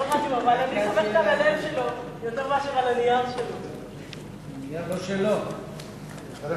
אדוני